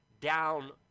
down